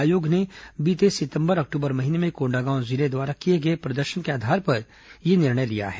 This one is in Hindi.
आयोग ने बीते सितंबर अक्टूबर महीने में कोंडागांव जिले द्वारा किए गए प्रदर्शन के आधार पर यह निर्णय लिया है